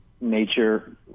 nature